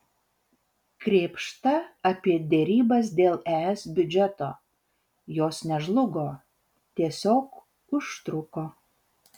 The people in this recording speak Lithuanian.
krėpšta apie derybas dėl es biudžeto jos nežlugo tiesiog užtruko